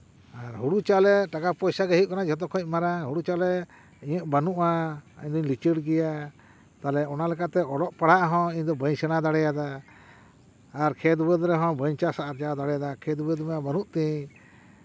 ᱦᱳᱲᱳ ᱪᱟᱣᱞᱮ ᱴᱟᱠᱟ ᱯᱚᱭᱥᱟᱜᱮ ᱦᱩᱭᱩᱜ ᱠᱟᱱᱟ ᱡᱚᱛᱚᱠᱷᱚᱱ ᱢᱟᱨᱟᱝ ᱦᱳᱲᱳ ᱪᱟᱣᱞᱮ ᱤᱧᱟᱹᱜ ᱵᱟᱹᱱᱩᱜᱼᱟ ᱤᱧᱫᱩᱧ ᱞᱤᱪᱟᱹᱲ ᱜᱮᱭᱟ ᱛᱟᱦᱞᱮ ᱚᱱᱟᱛᱮ ᱚᱞᱚᱜ ᱯᱟᱲᱦᱟᱜ ᱦᱚᱸ ᱤᱧ ᱫᱚ ᱵᱟᱹᱧ ᱥᱮᱬᱟ ᱫᱟᱲᱮᱭᱟᱫᱟ ᱟᱨ ᱠᱷᱮᱛ ᱵᱟᱹᱫᱽ ᱨᱮᱦᱚᱸ ᱵᱟᱹᱧ ᱪᱟᱥ ᱟᱨᱡᱟᱣ ᱫᱟᱲᱮᱭᱟᱫᱟ ᱠᱷᱮᱛ ᱵᱟᱹᱫᱽ ᱢᱟ ᱵᱟᱹᱱᱩᱜ ᱛᱤᱧ